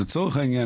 לצורך העניין,